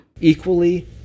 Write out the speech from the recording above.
Equally